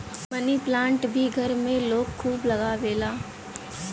मनी plant भी घर में लोग खूब लगावेला